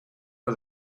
for